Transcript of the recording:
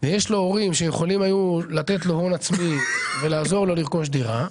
ויש לו הורים שיכולים היו לתת לו הון עצמי ולעזור לו לרכוש דירה,